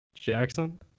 Jackson